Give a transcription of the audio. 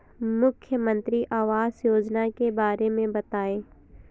मुख्यमंत्री आवास योजना के बारे में बताए?